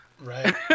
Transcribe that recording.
Right